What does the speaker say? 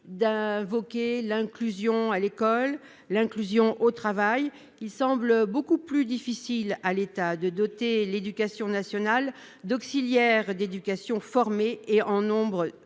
d'invoquer l'inclusion à l'école, au travail ; il semble beaucoup plus difficile à l'État de doter l'éducation nationale d'auxiliaires d'éducation formés et en nombre.